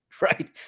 right